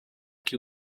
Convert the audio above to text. que